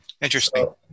Interesting